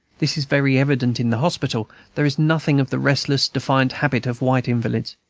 this is very evident in the hospital there is nothing of the restless, defiant habit of white invalids.